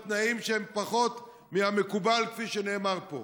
בתנאים שהם פחות מהמקובל, כפי שנאמר פה.